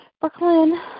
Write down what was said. Brooklyn